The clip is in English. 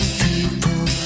people